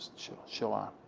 chill out,